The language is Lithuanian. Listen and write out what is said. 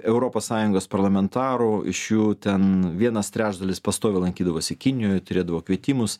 europos sąjungos parlamentarų iš jų ten vienas trečdalis pastoviai lankydavosi kinijoj turėdavo kvietimus